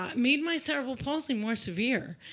um made my cerebral palsy more severe.